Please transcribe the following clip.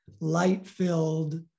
light-filled